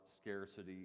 scarcity